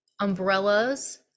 umbrellas